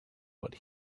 what